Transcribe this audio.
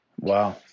wow